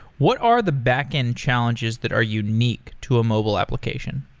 what are the back-end challenges that are unique to a mobile application?